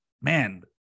man